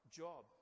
job